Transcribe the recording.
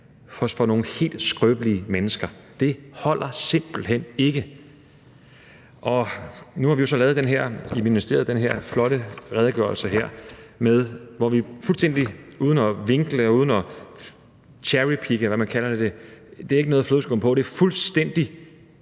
for nogle helt skrøbelige mennesker. Det holder simpelt hen ikke. Nu har vi jo så i ministeriet lavet den her flotte redegørelse, hvor vi fuldstændig og uden at vinkle og uden at cherrypicke, eller hvad man kalder det – der er ikke noget flødeskum på – fremlægger